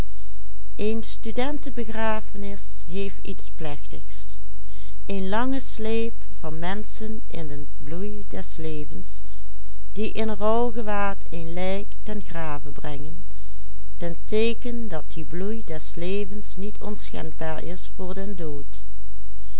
een lange sleep van menschen in den bloei des levens die in rouwgewaad een lijk ten grave brengen ten teeken dat die bloei des levens niet onschendbaar is voor den dood